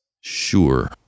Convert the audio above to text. Sure